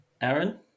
Aaron